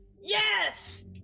Yes